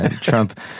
Trump